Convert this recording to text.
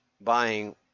buying